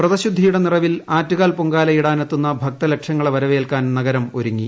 വ്രതശുദ്ധിയുടെ നിറവിൽ ആറ്റുകാൽ പൊങ്കാലയിടാനെത്തുന്ന ഭക്തലക്ഷങ്ങളെ വരവേൽക്കാൻ നഗരം ഒരുങ്ങി